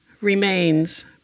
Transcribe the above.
remains